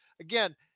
Again